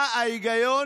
מה ההיגיון?